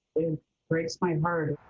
and breaks my heart.